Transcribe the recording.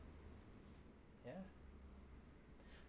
ya